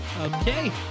okay